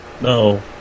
no